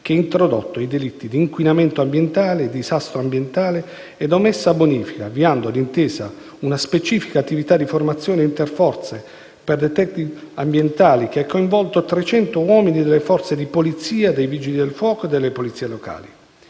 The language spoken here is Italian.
che ha introdotto i delitti di inquinamento ambientale, disastro ambientale ed omessa bonifica, avviando, d'intesa, una specifica attività di formazione interforze per *detective* ambientali, che ha coinvolto oltre 300 uomini delle forze di polizia, dei Vigili del fuoco, delle polizie locali.